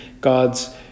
God's